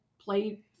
play